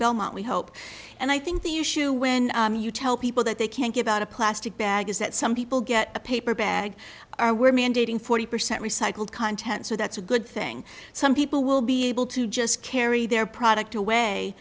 belmont we hope and i think the issue when you tell people that they can't give out a plastic bag is that some people get a paper bag are where mandating forty percent recycled content so that's a good thing some people will be able to just carry their product away